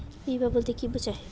বিমা বলতে কি বোঝায়?